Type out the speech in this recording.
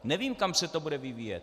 Nevím, kam se to bude vyvíjet.